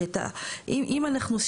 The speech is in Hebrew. שאם אנחנו,